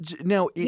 Now